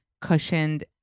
cushioned